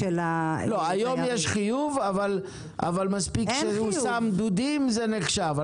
היום יש חיוב, אבל מספיק שהוא שם דודים זה נחשב.